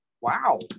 Wow